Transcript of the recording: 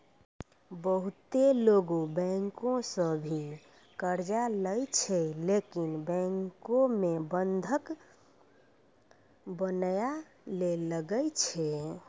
बहुते लोगै बैंको सं भी कर्जा लेय छै लेकिन बैंको मे बंधक बनया ले लागै छै